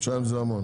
זה המון.